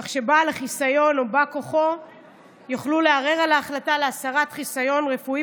כך שבעל החיסיון או בא כוחו יוכלו לערער על ההחלטה להסרת חיסיון רפואי,